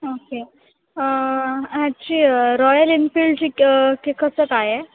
okay ह्याची royal एनफील्डची क्य के कसं काय आहे